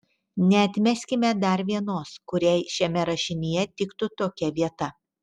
neatmeskime dar vienos kuriai šiame rašinyje tiktų tokia vieta